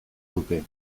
luke